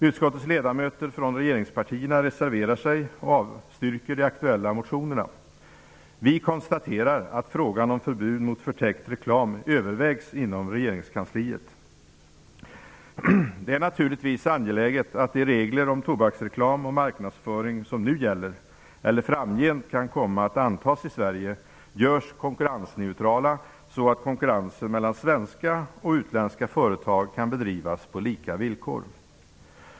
Utskottets ledamöter från regeringspartierna reserverar sig och avstyrker de aktuella motionerna. Vi konstaterar att frågan om förbud mot förtäckt reklam övervägs inom regeringskansliet. Det är naturligtvis angeläget att de regler om tobaksreklam och marknadsföring som nu gäller eller framgent kan komma att antas i Sverige görs konkurrensneutrala, så att konkurrensen mellan svenska och utländska företag kan bedrivas på lika villkor.